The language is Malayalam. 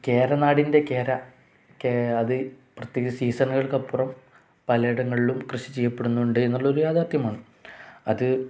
കേരനാടിൻ്റെ കേര അത് പ്രത്യേക സീസണുകൾക്ക് അപ്പുറം പലയിടങ്ങളിലും കൃഷി ചെയ്യപ്പെടുന്നുണ്ട് എന്നുള്ളത് ഒരു യാഥാർത്ഥ്യമാണ് അത്